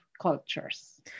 cultures